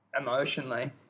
Emotionally